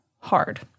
hard